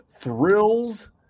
Thrills